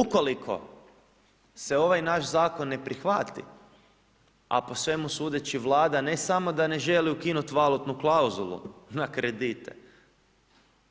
Ukoliko se ovaj naš zakon ne prihvati, a po svemu sudeći Vlada ne samo da ne želi ukinut valutnu klauzulu na kredite,